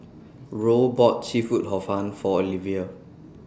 Roe bought Seafood Hor Fun For Olivia